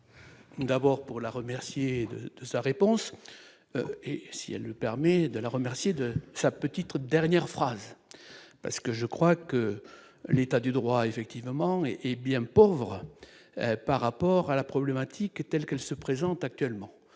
D'abord pour la remercier de sa réponse et si elle ne permet de le remercier de sa petite dernière phrase parce que je crois que l'état du droit effectivement hé hé bien pauvre par rapport à la problématique est telle qu'elle se présente actuellement